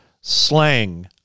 slang